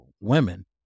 women